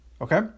okay